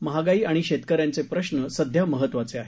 महागाई आणि शेतकऱ्यांचे प्रश्न सध्या महत्त्वाचे आहेत